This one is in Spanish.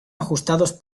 ajustados